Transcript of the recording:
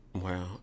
Wow